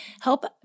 help